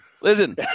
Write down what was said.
Listen